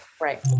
Right